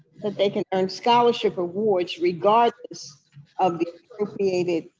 that they can earn scholarship awards regardless of the appropriated